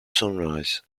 sunrise